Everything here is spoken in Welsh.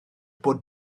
bod